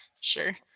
sure